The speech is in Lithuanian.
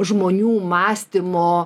žmonių mąstymo